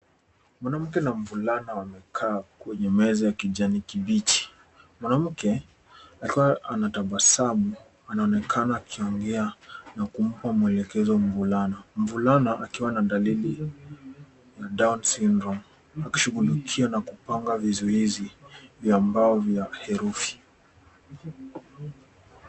Mwanamke na mvulana wamekaa kwenye meza ya kijani kibichi. Mwanamke akiwa anatabasamu anaonekana akiongea na kumpa mwelekezo mvulana Mvulana akiwa na dalili ya down syndrome akishughulikia na kupanga vizuizi vya mbao ya herufi.